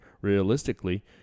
realistically